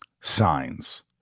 Signs